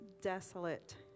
desolate